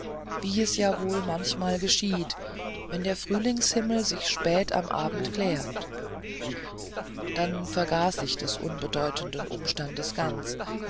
wie es ja wohl manchmal geschieht wenn der frühlingshimmel sich spät am abend klärt dann vergaß ich des unbedeutenden umstandes ganz